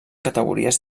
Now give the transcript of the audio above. categories